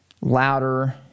louder